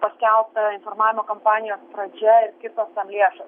paskelbta informavimo kampanijos pradžia ir skirtos tam lėšos